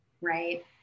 Right